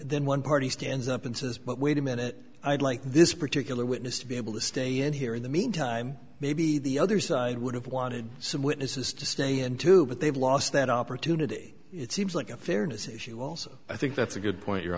then one party stands up and says but wait a minute i'd like this particular witness to be able to stay in here in the meantime maybe the other side would have wanted some witnesses to stay in two but they've lost that opportunity it seems like a fairness issue also i think that's a good point you